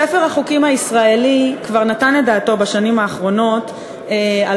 ספר החוקים הישראלי כבר נתן את דעתו בשנים האחרונות על